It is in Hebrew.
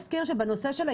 אני אשמח להתייחס לזה.